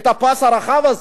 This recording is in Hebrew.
את הפס הרחב הזה,